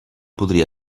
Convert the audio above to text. podria